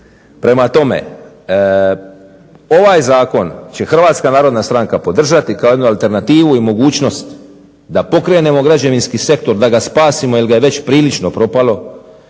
Prema tome, ovaj zakon će Hrvatska narodna stranka podržati kao jednu alternativu i mogućnost da pokrenemo građevinski sektor, da ga spasimo, jer ga je već prilično propalo.